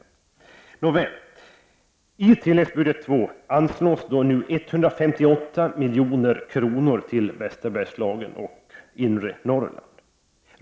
Nåväl, i tillläggsbudget 2 anslås nu 158 milj.kr. till Västerbergslagen och inre Norrland.